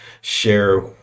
share